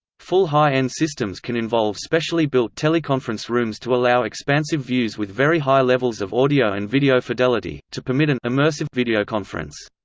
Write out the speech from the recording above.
full high-end and systems can involve specially built teleconference rooms to allow expansive views with very high levels of audio and video fidelity, to permit an immersive videoconference.